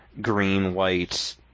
green-white